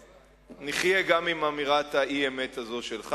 נחיה גם עם אמירת האי-אמת הזאת שלך.